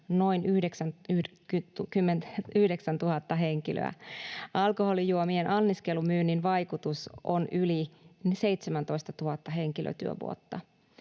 noin 99 000 henkilöä. Alkoholijuomien anniskelumyynnin vaikutus on yli 17 000 henkilötyövuotta.